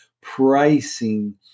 pricing